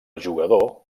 jugador